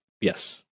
Yes